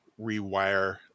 rewire